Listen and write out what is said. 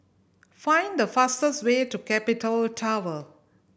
find the fastest way to Capital Tower